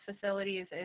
facilities